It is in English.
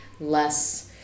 less